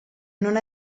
non